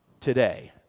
today